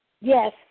Yes